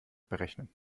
berechnen